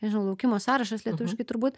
nežinau laukimo sąrašas lietuviškai turbūt